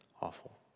awful